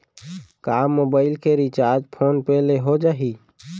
का मोबाइल के recharge phone पे ले हो जाही?